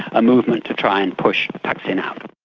a movement to try and push thaksin out.